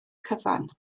cyfan